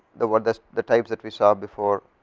the word thus the type that we saw before,